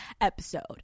episode